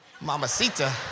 mamacita